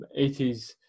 80s